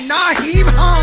Naheem